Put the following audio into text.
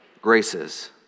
graces